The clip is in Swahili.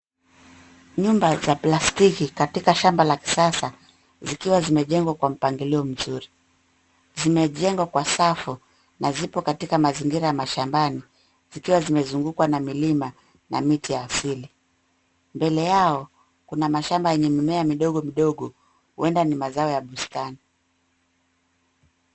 Nyumba za plastiki katika shamba la kisasa, zikiwa zimejengwa kwa mpangilio mzuri. Zimejengwa kwa safu, na zipo katika mazingira ya mashambani, zikiwa zimezungukwa na milima, na miti ya asili. Mbele yao, kuna mashamba yenye mimea midogo midogo, huenda ni mazao ya bustani.